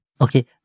Okay